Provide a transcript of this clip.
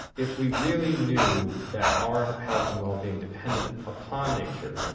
if we really knew that our health and wellbeing depended upon nature,